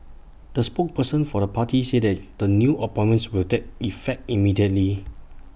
the spokesperson for the party said that the new appointments will take effect immediately